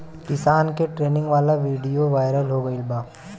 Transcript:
किसान के ट्रेनिंग वाला विडीओ वायरल हो गईल बा